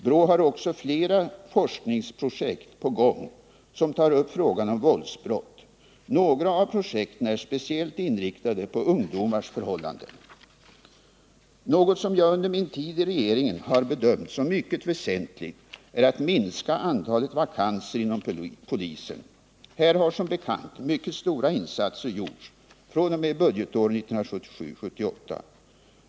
BRÅ har också flera forskningsprojekt på gång som tar upp frågor om våldsbrott. Några av projekten är speciellt inriktade på ungdomars förhållanden. Något som jag under min tid i regeringen har bedömt som mycket väsentligt är att minska antalet vakanser inom polisen. Här har som bekant mycket stora insatser gjorts fr.o.m. budgetåret 1977/78.